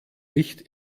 nicht